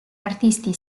artisti